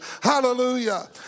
Hallelujah